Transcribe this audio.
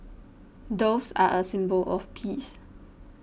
doves are a symbol of peace